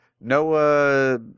Noah